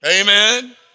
Amen